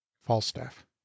falstaff